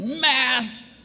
math